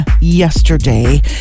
yesterday